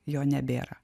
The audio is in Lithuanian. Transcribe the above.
jo nebėra